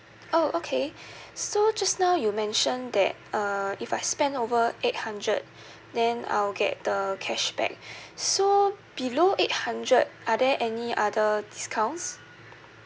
oh okay so just now you mentioned that uh if I spend over eight hundred then I will get the cashback so below eight hundred are there any other discounts